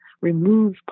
remove